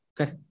Okay